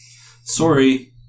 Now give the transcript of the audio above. Sorry